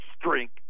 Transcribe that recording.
drink